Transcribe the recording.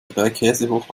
dreikäsehoch